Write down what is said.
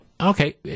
Okay